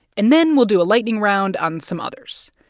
and then we'll do a lightning round on some others.